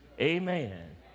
Amen